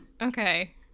Okay